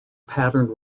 patterned